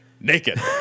naked